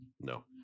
no